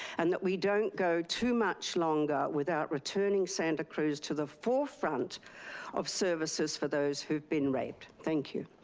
and that we don't go too much longer without returning santa cruz to the forefront of services for those who have been raped. thank you.